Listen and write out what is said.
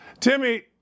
Timmy